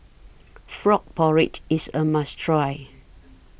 Frog Porridge IS A must Try